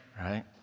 right